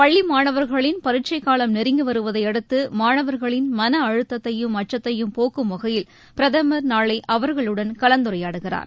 பள்ளி மாணவர்களின் பரிட்சை காலம் நெருங்கி வருதையடுத்து மாணவர்களின் மன அழுத்தத்தையும் அச்சத்தையும் போக்கும் வகையில் பிரதமர் நாளை அவர்களுடன் கலந்துரையாடுகிறார்